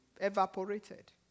evaporated